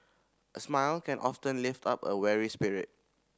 a smile can often lift up a weary spirit